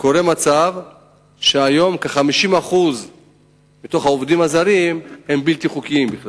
קורה מצב שהיום כ-50% מהעובדים הזרים הם בכלל בלתי חוקיים.